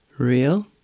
Real